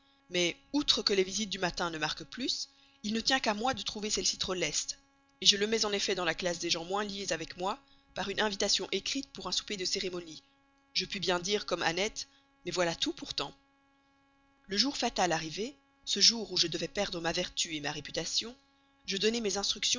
mais outre que les visites du matin ne marquent plus il ne tient qu'à moi de trouver celle-ci trop leste je le remets en effet dans la classe des gens moins liés avec moi par une invitation écrite pour un souper de cérémonie je puis bien dire comme annette mais voilà tout pourtant le jour fatal arrivé ce jour où je devais perdre ma vertu ma réputation je donnai mes instructions